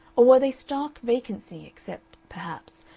or were they stark vacancy except, perhaps,